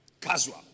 Casual